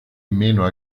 meno